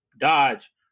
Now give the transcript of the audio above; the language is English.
dodge